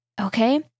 Okay